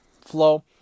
flow